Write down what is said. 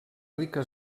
rica